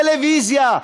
טלוויזיה,